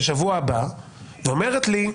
ואומרת לי: